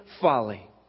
folly